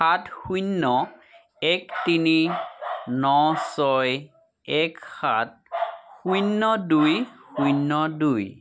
সাত শূন্য এক তিনি ন ছয় এক সাত শূন্য দুই শূন্য দুই